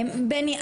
בני,